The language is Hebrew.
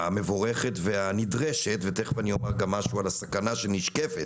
המבורכת והנדרשת ותכף אומר גם משהו על הסכנה שנשקפת